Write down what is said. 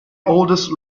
oldest